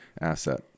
asset